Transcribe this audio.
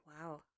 Wow